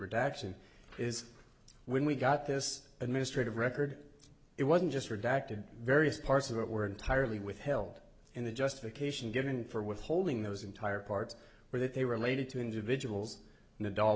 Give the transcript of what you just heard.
redaction is when we got this administrative record it wasn't just redacted various parts of it were entirely withheld and the justification given for withholding those entire parts where they related to individuals in a dog